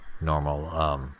normal